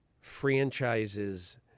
franchises